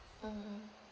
mm mm